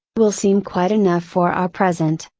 will seem quite enough for our present.